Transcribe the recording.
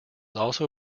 also